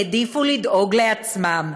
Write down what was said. העדיפו לדאוג לעצמם.